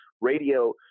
radio